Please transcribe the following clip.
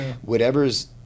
whatever's